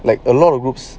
like a lot of groups